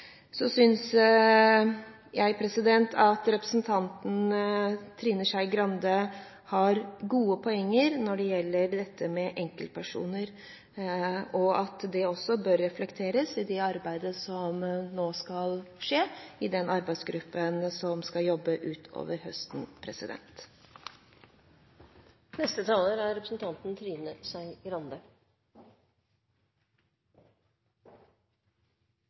Så synes jeg at representanten Trine Skei Grande har gode poenger når det gjelder dette med enkeltpersoner, og at det også bør reflekteres i det arbeidet som nå skal skje i den arbeidsgruppen som skal jobbe utover høsten.